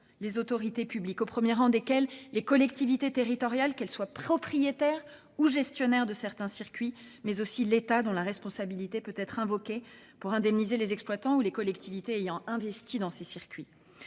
les autorités publiques, au premier rang desquels les collectivités territoriales, qu'elles soient propriétaires ou gestionnaires de certains circuits, mais aussi l'État dont la responsabilité peut être invoquée pour indemniser les exploitants ou les collectivités ayant investi dans ces circuits.